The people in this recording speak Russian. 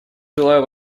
желаю